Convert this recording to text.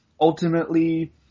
Ultimately